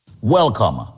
Welcome